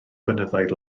blynyddoedd